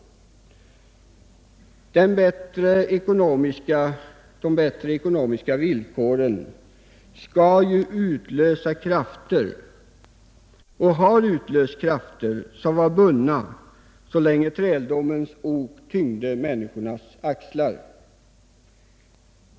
De bättre ekonomiska villkoren skall utlösa krafter och har utlöst krafter som var bundna så länge träldomens ok tyngde människornas axlar.